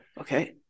Okay